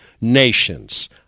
nations